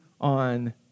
on